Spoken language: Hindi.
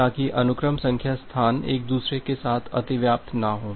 ताकि अनुक्रम संख्या स्थान एक दूसरे के साथ अतिव्याप्त न हो